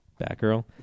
batgirl